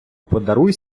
подаруй